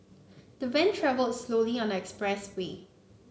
the van travelled slowly on the expressway